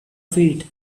feet